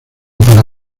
para